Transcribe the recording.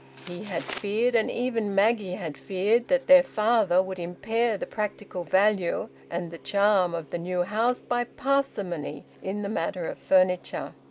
he had feared, and even maggie had feared, that their father would impair the practical value and the charm of the new house by parsimony in the matter of furniture.